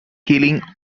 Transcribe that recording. killing